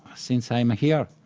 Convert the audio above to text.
since i'm here,